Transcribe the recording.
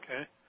Okay